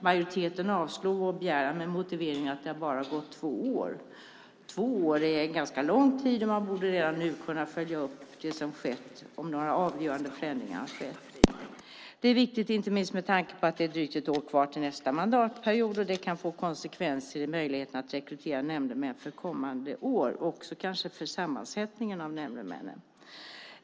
Majoriteten avstyrker vår begäran med motiveringen att det har gått bara två år. Två år är en ganska lång tid. Man borde redan nu kunna följa upp om några avgörande förändringar har skett. Det är viktigt inte minst med tanke på att det är drygt ett år kvar till nästa mandatperiod. Det kan få konsekvenser för möjligheten att rekrytera nämndemän för kommande år och kanske också för sammansättningen av nämndemännen.